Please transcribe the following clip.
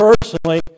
personally